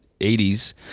80s